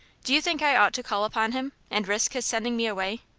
do you think i ought to call upon him, and risk his sending me away?